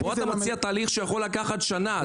פה אתה מציע תהליך שיכול לקחת שנה.